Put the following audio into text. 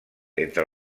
entre